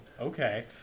okay